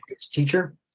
teacher